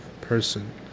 person